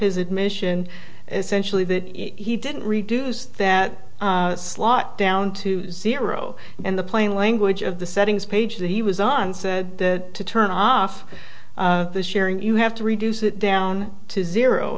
his admission essentially that he didn't reduce that slot down to zero and the plain language of the settings page that he was on said that to turn off the sharing you have to reduce it down to zero